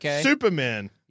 Superman